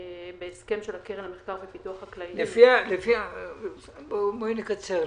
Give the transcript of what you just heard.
בהסכם של הקרן למחקר ופיתוח חקלאי --- בואי נקצר.